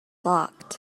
locked